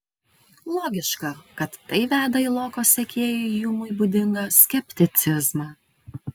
logiška kad tai veda į loko sekėjui hjumui būdingą skepticizmą